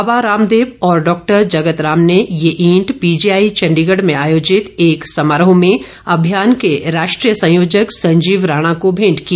बाबा रामदेव और डॉक्टर जगत राम ने ये ईंट पीजीआई चण्डीगढ़ में आयोजित एक समारोह में अभियान के राष्ट्रीय संयोजक संजीव राणा को भेंट की